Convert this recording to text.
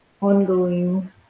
ongoing